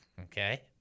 okay